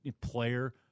player